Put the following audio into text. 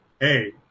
hey